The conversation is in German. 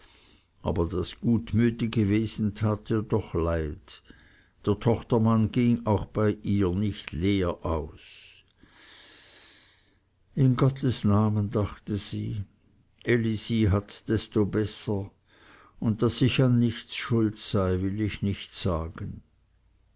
aber das gutmütige wesen tat ihr doch wohl der tochtermann ging auch bei ihr nicht leer aus in gottes namen dachte sie elisi hats desto besser und daß ich an nichts schuld sei will ich nicht sagen